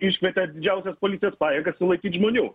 iškvietė didžiausias policijos pajėgas sulaikyt žmonių